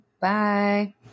bye